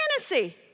fantasy